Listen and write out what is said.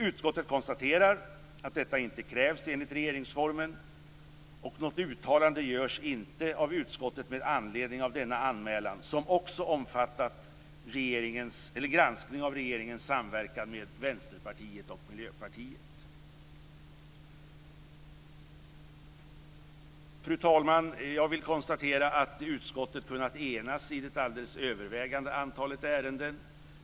Utskottet konstaterar att detta inte krävs enligt regeringsformen. Något uttalande görs inte av utskottet med anledning av denna anmälan, som också omfattat granskning av regeringens samverkan med Vänsterpartiet och Miljöpartiet. Fru talman! Jag vill konstatera att utskottet kunnat enas i det alldeles övervägande antalet ärenden.